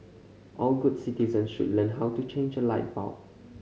all good citizen should learn how to change a light bulb